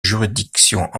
juridiction